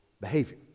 behavior